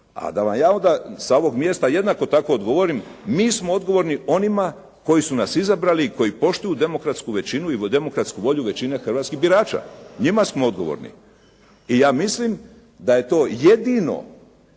a da vam ja ona sa ovog mjesta jednako tako odgovorim, mi smo odgovorni onima koji su nas izabrali i koji poštuju demokratsku većinu ili demokratsku volju većine hrvatskih birača. Njima smo odgovorni. I ja mislim da je to jedino